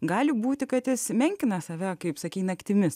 gali būti kad esi menkina save kaip sakei naktimis